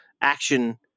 action